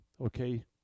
okay